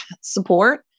support